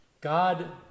God